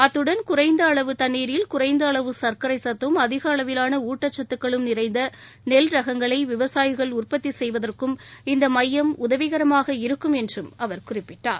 அத்துடன் குறைந்த அளவு தண்ணீரில் குறைந்த அளவு கக்கரை சத்தும் அதிக அளவிவாள ஊட்டச்சத்துக்களும் நிறைந்த நெல் ரகங்களை விவசாயிகள் உற்பத்தி செய்வதற்கும் இந்த மையம் உதவிகரமாக இருக்கும் என்று அவர் குறிப்பிட்டார்